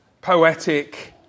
poetic